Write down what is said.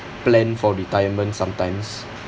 plan for retirement sometimes